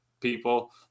people